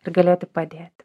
ir galėti padėti